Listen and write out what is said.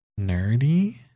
nerdy